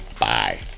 bye